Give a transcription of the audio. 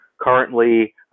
Currently